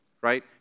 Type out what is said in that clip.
right